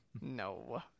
No